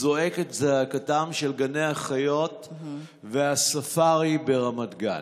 זועק את זעקתם של גני החיות והספארי ברמת גן.